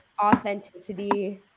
authenticity